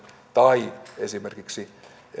tai esimerkiksi